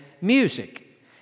music